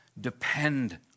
depend